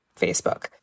Facebook